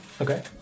Okay